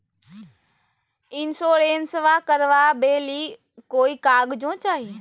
इंसोरेंसबा करबा बे ली कोई कागजों चाही?